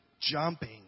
Jumping